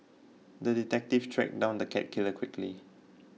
the detective tracked down the cat killer quickly